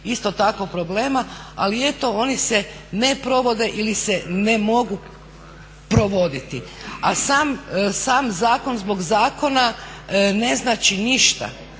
isto tako problema ali eto oni se ne provode ili se ne mogu provoditi. A sam zakon zbog zakona ne znači ništa,